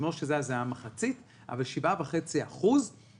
ובזמנו זה היה מחצית אבל 7.5% ממס